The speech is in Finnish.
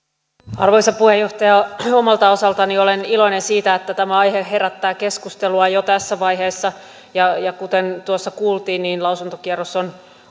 arvoisa puheenjohtaja omalta osaltani olen iloinen siitä että tämä aihe herättää keskustelua jo tässä vaiheessa kuten tuossa kuultiin lausuntokierros on